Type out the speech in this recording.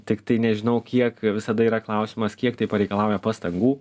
tiktai nežinau kiek visada yra klausimas kiek tai pareikalauja pastangų